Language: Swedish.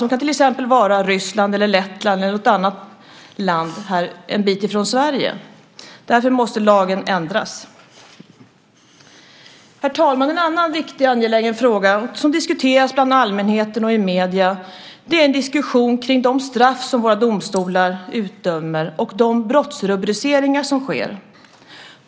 Det kan till exempel vara Ryssland, Lettland eller något annat land en bit ifrån Sverige. Därför måste lagen ändras. Herr talman! En annan viktig och angelägen fråga diskuteras bland allmänheten och i medierna. Det är en diskussion om de straff som våra domstolar utdömer och de brottsrubriceringar som görs.